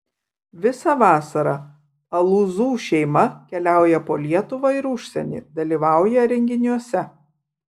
visą vasarą alūzų šeima keliauja po lietuvą ir užsienį dalyvauja renginiuose